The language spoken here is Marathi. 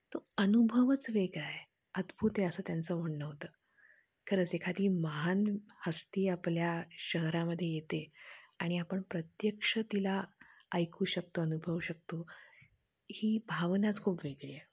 तो अनुभवच वेगळा आहे अद्भुत आहे असं त्यांचं म्हणणं होतं खरंच एखादी महान हस्ती आपल्या शहरामध्ये येते आणि आपण प्रत्यक्ष तिला ऐकू शकतो अनुभवू शकतो ही भावनाच खूप वेगळी आहे